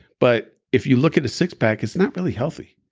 but if you look at a six pack, it's not really healthy.